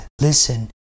listen